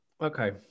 Okay